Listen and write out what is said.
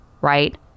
right